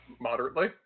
Moderately